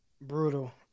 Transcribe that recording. Brutal